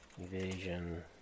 evasion